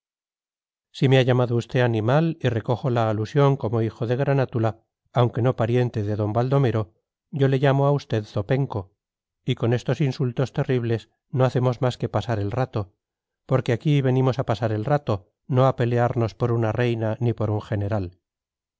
si me ha llamado usted animal y recojo la alusión como hijo de granátula aunque no pariente de d baldomero yo le llamo a usted zopenco y con estos insultos terribles no hacemos más que pasar el rato porque aquí venimos a pasar el rato no a pelearnos por una reina ni por un general